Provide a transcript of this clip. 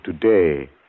today